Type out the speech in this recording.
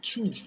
Two